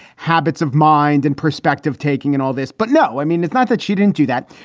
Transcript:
habits of mind and perspective taking in all this. but no, i mean, it's not that she didn't do that.